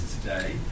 today